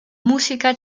música